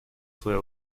свое